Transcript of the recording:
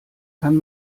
kann